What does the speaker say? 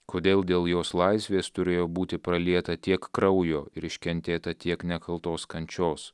kodėl dėl jos laisvės turėjo būti pralieta tiek kraujo ir iškentėta tiek nekaltos kančios